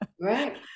right